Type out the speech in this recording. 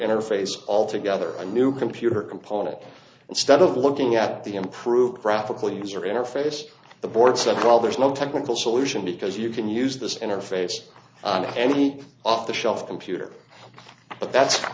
interface altogether a new computer component instead of looking at the improved graphical user interface the board said well there's no technical solution because you can use this interface to any off the shelf computer but that's